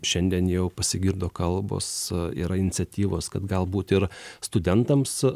šiandien jau pasigirdo kalbos yra iniciatyvos kad galbūt ir studentams